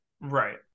right